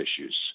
issues